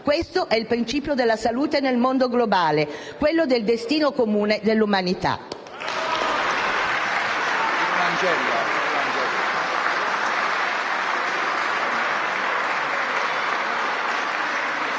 questo è il principio della salute nel mondo globale, quello del destino comune dell'umanità.